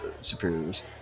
superiors